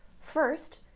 First